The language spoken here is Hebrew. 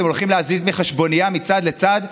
אתם הולכים להזיז מצד לצד בחשבונייה?